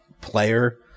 player